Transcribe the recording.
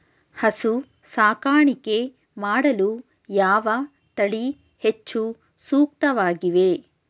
ಹಸು ಸಾಕಾಣಿಕೆ ಮಾಡಲು ಯಾವ ತಳಿ ಹೆಚ್ಚು ಸೂಕ್ತವಾಗಿವೆ?